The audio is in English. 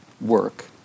work